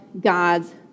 God's